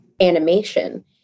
animation